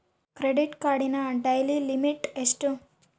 Credit ಕಾರ್ಡಿನ daily limit ಎಷ್ಟು?